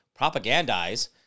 propagandize